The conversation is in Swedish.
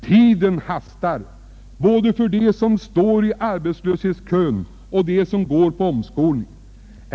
Tiden hastar — både för dem som står i kö för att få arbete och för dem som går på omskolning.